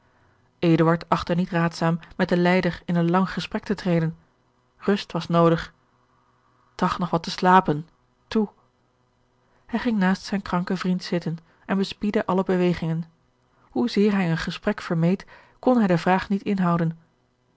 achtte niet raadzaam met den lijder in een lang gesprek te treden rust was noodig tracht nog wat te slapen toe hij ging naast zijn kranken vriend zitten en bespiedde alle begeorge een ongeluksvogel wegingen hoezeer hij een gesprek vermeed kon hij de vraag niet inhouden